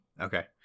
okay